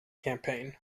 campaign